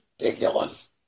ridiculous